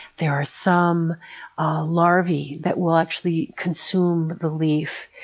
there are some larvae that will actually consume the leaf.